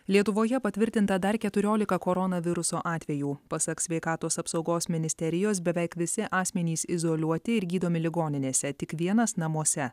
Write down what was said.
lietuvoje patvirtinta dar keturiolika koronaviruso atvejų pasak sveikatos apsaugos ministerijos beveik visi asmenys izoliuoti ir gydomi ligoninėse tik vienas namuose